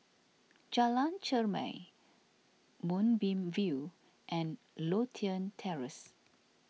Jalan Chermai Moonbeam View and Lothian Terrace